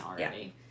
already